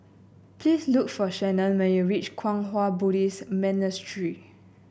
please look for Shannon when you reach Kwang Hua Buddhist Monastery